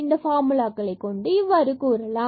இந்த பார்முலாக்களை கொண்டு இவ்வாறு கூறலாம்